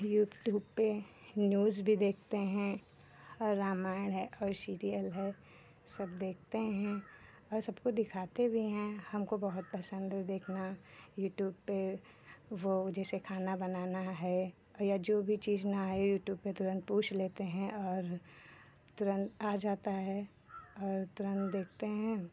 YouTube पे news भी देखते हैं रामायण है और सीरियल है सब देखते हैं और सबको दिखाते भी हैं हमको बहुत पसंद है देखना यूट्यूब पे वो जैसे खाना बनाना है या जो भी चीज़ ना है यूट्यूब पे तुरंत पूछ लेते हैं और तुरंत आ जाता है और तुरंत देखते हैं